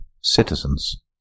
citizens